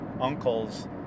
uncles